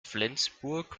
flensburg